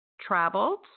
traveled